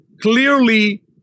clearly